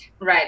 Right